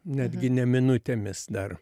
netgi ne minutėmis dar